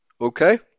Okay